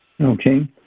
Okay